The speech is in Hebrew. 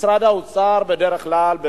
משרד האוצר בדרך כלל,